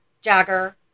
Jagger